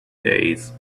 days